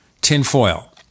tinfoil